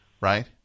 right